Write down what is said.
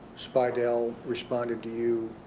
speidel responded to you,